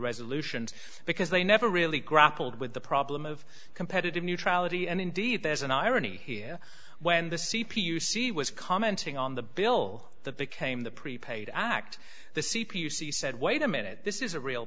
resolutions because they never really grappled with the problem of competitive neutrality and indeed there's an irony here when the c p u c was commenting on the bill that became the prepaid act the c p you see said wait a minute this is a real